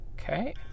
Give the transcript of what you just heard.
Okay